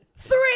Three